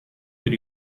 per